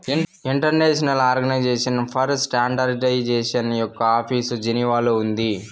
international organization for standardization యొక్క office జెనీవాలో ఉంది